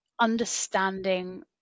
understanding